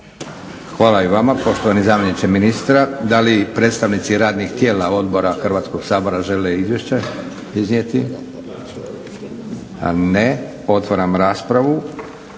Hvala i vama poštovani zamjeniče ministra. Da li predstavnici radnih tijela odbora Hrvatskog sabora žele izvješće iznijeti? Ne. Otvaram raspravu.